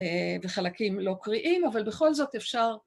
‫בחלקים לא קריאים, ‫אבל בכל זאת אפשר...